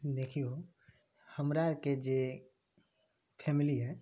देखिऔ हमरा आरके जे फैमिली हइ